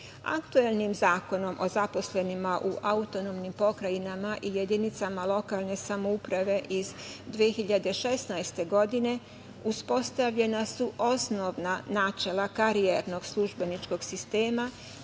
Srbiji. Aktuelnim Zakonom o zaposlenima u autonomnim pokrajinama i jedinicama lokalne samouprave iz 2016. godine uspostavljena su osnovna načela karijerinog službeničkog sistema